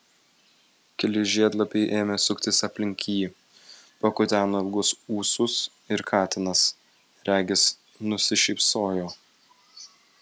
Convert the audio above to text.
keli žiedlapiai ėmė suktis aplink jį pakuteno ilgus ūsus ir katinas regis nusišypsojo